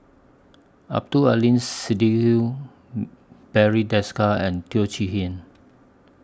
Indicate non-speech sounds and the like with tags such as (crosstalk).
Abdul Aleem Siddique (hesitation) Barry Desker and Teo Chee Hean